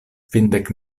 kvindek